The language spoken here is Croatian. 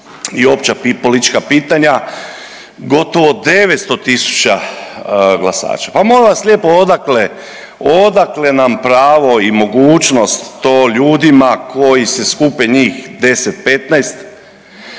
i opća politička pitanja gotovo 900.000 glasača. Pa molim vas lijepo odakle, odakle nam pravo i mogućnost to ljudima koji se skupe njih 10,